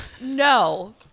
No